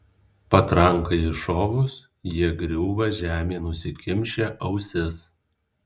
patrankai iššovus jie griūva žemėn užsikimšę ausis